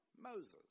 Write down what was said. Moses